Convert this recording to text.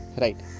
right